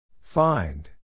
Find